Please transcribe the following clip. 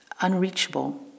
unreachable